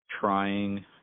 trying